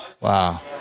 Wow